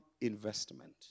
investment